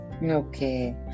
Okay